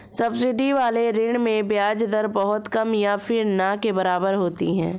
subsidy वाले ऋण में ब्याज दर बहुत कम या फिर ना के बराबर होती है